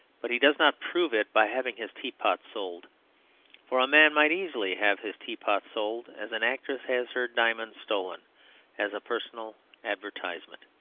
but he does not prove it by having his teapot sold for a man might easily have his teapot sold as an actress has her diamonds stolen as a personal advertisement.